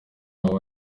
hari